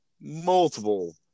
multiple